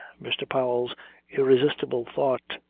mr. powell's irresistible thought,